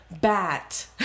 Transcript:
Bat